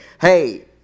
Hey